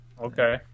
okay